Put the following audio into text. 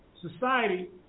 society